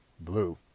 blue